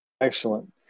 Excellent